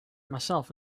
myself